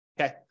okay